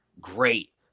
great